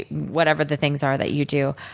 whatever the things are that you do.